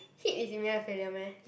hit is immediate failure meh